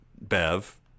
Bev